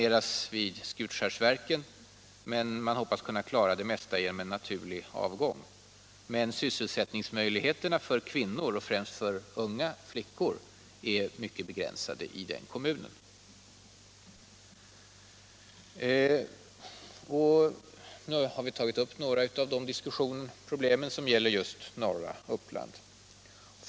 Man har vissa planer vid Skutskärsverken men hoppas kunna klara det mesta genom naturlig avgång. Men sysselsättningsmöjligheterna för kvinnor och unga flickor är mycket begränsade i den kommunen. Vi har nu tagit upp några av de problem som finns i norra Uppland.